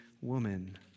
woman